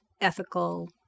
ethical